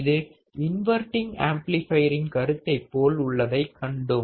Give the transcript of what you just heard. இது இன்வர்டிங் ஆம்ப்ளிஃபையரின் கருத்தைப் போல் உள்ளதைக் கண்டோம்